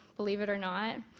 believe it or not,